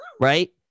Right